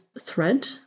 thread